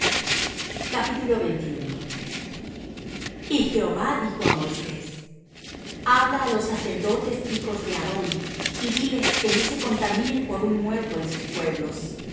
sobre ellos y jehova dijo á moisés habla á los sacerdotes hijos de aarón y diles que no se contaminen por un muerto en sus pueblos